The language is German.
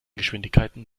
geschwindigkeiten